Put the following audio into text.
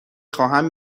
خواهم